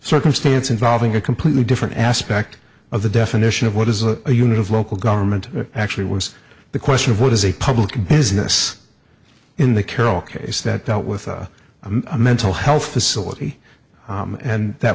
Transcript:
circumstance involving a completely different aspect of the definition of what is a unit of local government actually was the question of what is a public business in the carroll case that dealt with a mental health facility and that